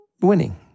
winning